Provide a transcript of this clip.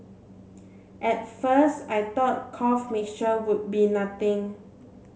at first I thought cough mixture would be nothing